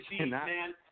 man